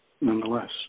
Nonetheless